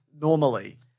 normally